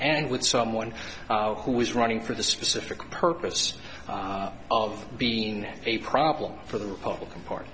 and with someone who is running for the specific purpose of being a problem for the republican party